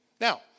Now